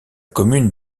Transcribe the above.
commune